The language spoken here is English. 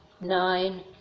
nine